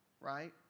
right